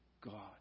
God